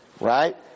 right